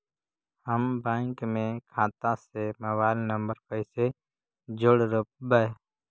हम बैंक में खाता से मोबाईल नंबर कैसे जोड़ रोपबै?